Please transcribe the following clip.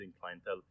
clientele